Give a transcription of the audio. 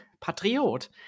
Patriot